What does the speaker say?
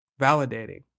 validating